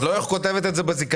את לא כותבת את זה בזיכיון.